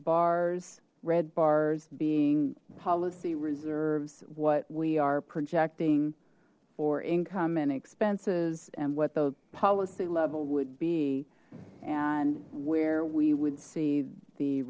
bars red bars being policy reserves what we are projecting for income and expenses and what the policy level would be and where we would see the